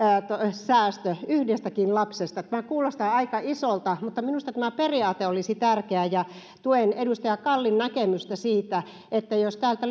säästö yhdestäkin lapsesta tämä kuulostaa aika isolta mutta minusta tämä periaate olisi tärkeä ja tuen edustaja kallin näkemystä siitä että jos täältä